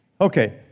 Okay